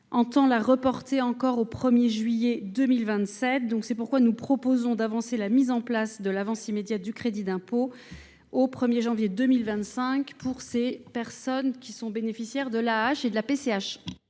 de la reporter encore, au 1 juillet 2027. C’est pourquoi nous proposons d’avancer la mise en place de l’avance immédiate de crédit d’impôt au 1 janvier 2025 pour les bénéficiaires de l’APA et de la PCH.